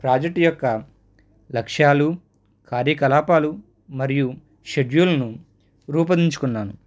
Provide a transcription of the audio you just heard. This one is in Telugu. ప్రాజెక్ట్ యొక్క లక్ష్యాలు కార్యకలాపాలు మరియు షెడ్యూల్ను రూపొందించుకున్నాను